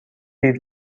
دیر